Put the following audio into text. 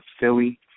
Philly